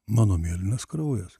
mano mėlynas kraujas